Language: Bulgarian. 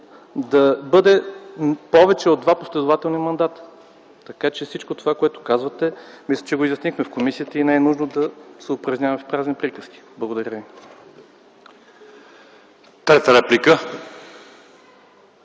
да бъде повече от два последователни мандата. Всичко това, което казвате, мисля, че го изяснихме в комисията и не е нужно да се упражняват празни приказки. Благодаря ви.